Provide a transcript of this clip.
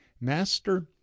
Master